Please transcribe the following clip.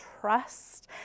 trust